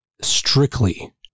strictly